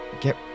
get